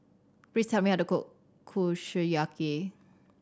please tell me how to cook Kushiyaki